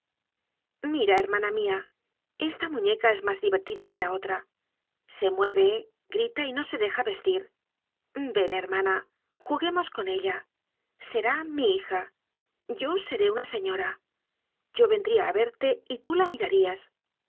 mira hermana mia esta muñeca es mas divertida que la otra se mueve grita y no se'deja vestir ven hermana juguemos con ella será mi hija yo seré una señora yo vendria á verte y tú la mirarías